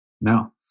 No